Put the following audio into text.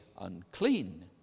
unclean